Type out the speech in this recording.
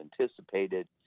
anticipated